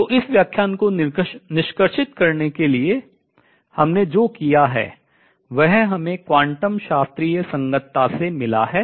तो इस व्याख्यान को निष्कर्षित करने के लिए हमने जो किया है वह हमें क्वांटम शास्त्रीय संगतता से मिला है